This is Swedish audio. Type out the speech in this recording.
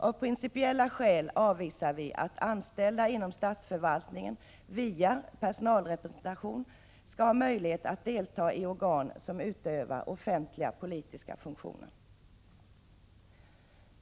Av principiella skäl avvisar vi att anställda inom statsförvaltningen via personalrepresentation skall ha möjlighet att delta i organ som utövar offentliga politiska funktioner.